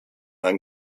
ein